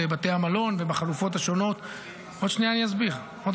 בבתי המלון ובחלופות השונות -- למה אתם לא מבטלים שרי ממשלה?